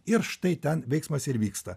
ir štai ten veiksmas ir vyksta